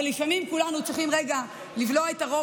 אבל לפעמים כולנו צריכים רגע לבלוע את הרוק